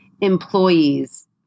employees